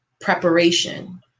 preparation